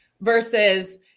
versus